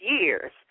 years